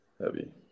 heavy